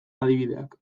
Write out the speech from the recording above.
adibideak